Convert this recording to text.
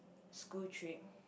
school trip